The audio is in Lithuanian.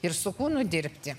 ir su kūnu dirbti